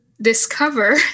discover